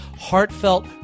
heartfelt